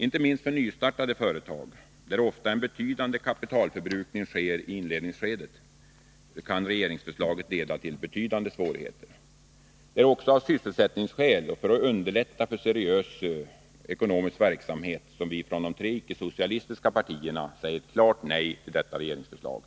Inte minst för nystartade företag, där ofta en betydande kapitalförbrukning sker i inledningsskedet, kan regeringsförslaget leda till betydande svårigheter. Det är också av sysselsättningsskäl och för att underlätta för seriös ekonomisk verksamhet som vi från de tre icke-socialistiska partierna säger ett klart nej till regeringsförslaget.